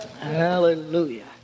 Hallelujah